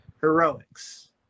heroics